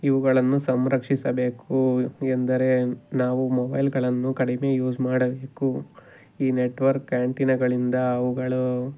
ಇವುಗಳನ್ನು ಸಂರಕ್ಷಿಸಬೇಕು ಎಂದರೆ ನಾವು ಮೊಬೈಲ್ಗಳನ್ನು ಕಡಿಮೆ ಯೂಸ್ ಮಾಡಬೇಕು ಈ ನೆಟ್ವರ್ಕ್ ಆ್ಯಂಟಿನಗಳಿಂದ ಅವುಗಳು